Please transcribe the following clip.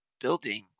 building